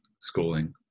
schooling